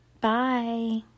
Bye